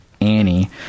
Annie